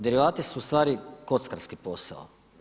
Derivati su u stvari kockarski posao.